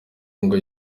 ngo